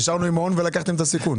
נשארנו עם ההון ולקחתם את הסיכון.